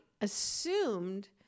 assumed